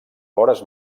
vores